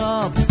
up